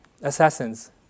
assassins